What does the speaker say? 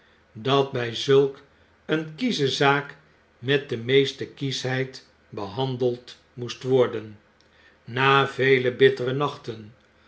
dat by zulk een kiesche zaak met de meeste kieschheid behandeld moest worden na vele bittere nachten